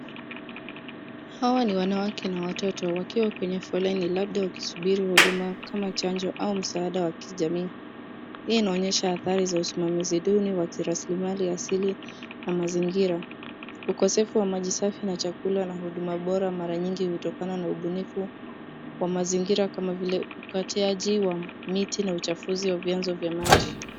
Hawa ni wanawake na watoto wakiwa kwenye foleni labda wakisubiri huduma kama chanjo au msaada wa kijamii. Hii inaonyesha athari za usimamizi duni wa kirasilimali asili na mazingira. Ukosefu wa maji safi na chakula na huduma bora mara nyingi hutokana na ubunifu wa mazingira kama vile ukatiaji wa miti na uchafuzi wa vyanzo vya maji.